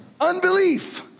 unbelief